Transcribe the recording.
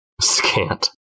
Scant